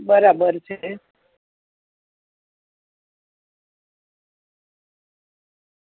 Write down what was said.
બરાબર છે